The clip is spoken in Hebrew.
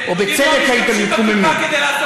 אני מכיר עכשיו יותר מ-20 רופאים שרוצים לעבוד,